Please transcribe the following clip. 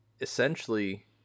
essentially